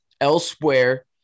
Elsewhere